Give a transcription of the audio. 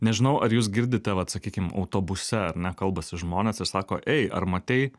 nežinau ar jūs girdite vat sakykim autobuse ar ne kalbasi žmonės ir sako ei ar matei